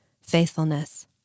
faithfulness